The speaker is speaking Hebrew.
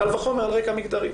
קל וחומר באופן מגדרי.